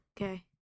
Okay